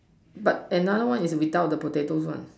but another one is without the potato one